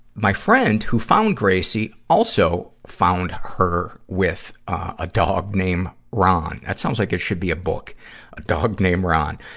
my friend who found gracie also found her with, ah, a dog named ron. that sounds like it should be a book a dog named ron.